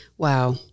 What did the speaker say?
Wow